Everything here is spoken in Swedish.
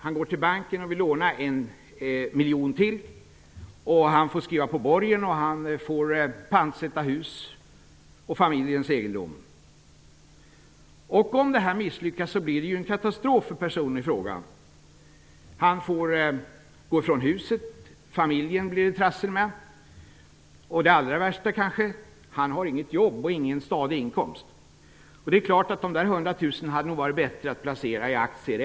Han går till banken och vill låna 1 miljon till. Han får skriva på borgen, pantsätta hus och familjens egendom. Om detta misslyckas blir det en katastrof för personen i fråga. Han får gå ifrån huset. Det blir trassel med familjen. Det allra värsta är kanske att han inte har något jobb eller en stadig inkomst. Det är klart att det nog hade varit bättre att placera dessa 100 000 kr i aktier.